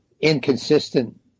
inconsistent